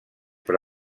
per